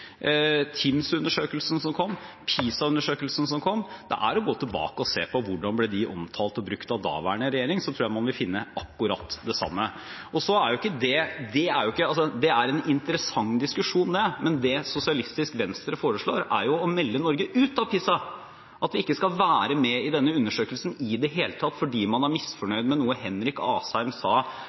som kom. Det er bare å gå tilbake og se på hvordan de ble omtalt og brukt av daværende regjering. Jeg tror man vil finne akkurat det samme. Det er en interessant diskusjon, men Sosialistisk Venstreparti foreslår å melde Norge ut av PISA, at vi ikke skal være med i denne undersøkelsen i det hele tatt fordi man er misfornøyd med noe Henrik Asheim sa